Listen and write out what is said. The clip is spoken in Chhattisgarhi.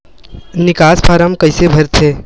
निकास फारम कइसे भरथे?